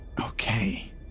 Okay